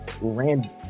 random